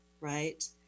right